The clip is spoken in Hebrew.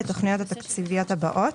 לתוכניות התקציביות הבאות: